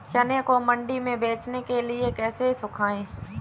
चने को मंडी में बेचने के लिए कैसे सुखाएँ?